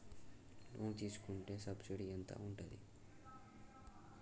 Loan తీసుకుంటే subsidy ఎంత ఉంటది?